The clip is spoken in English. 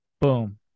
Boom